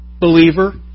believer